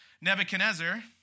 Nebuchadnezzar